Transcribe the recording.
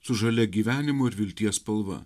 su žalia gyvenimo ir vilties spalva